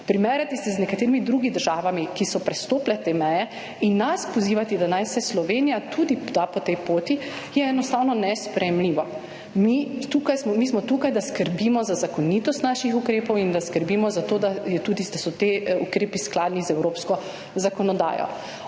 Primerjati se z nekaterimi drugimi državami, ki so prestopile te meje in nas pozivati, da naj se Slovenija tudi da po tej poti, je enostavno nesprejemljivo. Mi smo tukaj, da skrbimo za zakonitost naših ukrepov in da skrbimo, da so ti ukrepi skladni z evropsko zakonodaj.